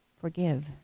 forgive